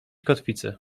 kotwicę